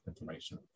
information